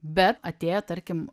bet atėjo tarkim